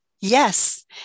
yes